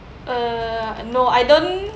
uh no I don't